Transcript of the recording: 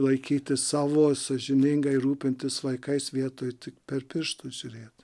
laikyti savo sąžiningai rūpintis vaikais vietoj tik per pirštus žiūrėti